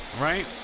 Right